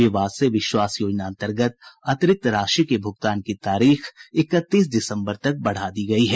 विवाद से विश्वास योजना अंतर्गत अतिरिक्त राशि के भुगतान की तारीख इकतीस दिसंबर तक बढा दी गई है